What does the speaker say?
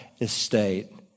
estate